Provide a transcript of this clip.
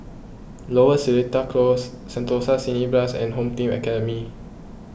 Lower Seletar Close Sentosa Cineblast and Home Team Academy